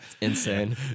insane